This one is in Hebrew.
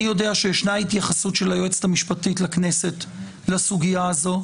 אני יודע שיש התייחסות של היועצת המשפטית לכנסת לסוגיה הזאת.